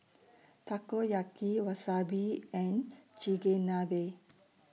Takoyaki Wasabi and Chigenabe